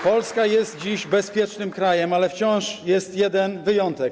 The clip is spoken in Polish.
Polska jest dziś bezpiecznym krajem, ale wciąż jest jeden wyjątek.